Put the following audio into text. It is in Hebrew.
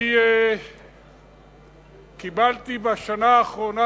אני קיבלתי בשנה האחרונה,